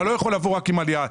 אתה לא יכול לבוא רק עם עלייה.